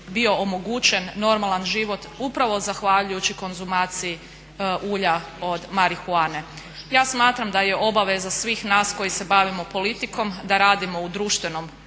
bio omogućen normalan život upravo zahvaljujući konzumaciji ulja od marihuane. Ja smatram da je obaveza svih nas koji se bavimo politikom da radimo u društvenom